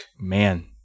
Man